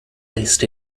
list